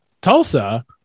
Tulsa